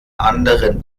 anderen